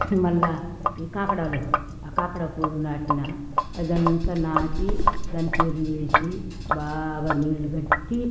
మళ్ళా ఈ కాగడాలు ఆ కాగడా పూలు నాటినా అదంతా నాటి దానికి ఎరువేసి బాగా నీళ్లు కట్టి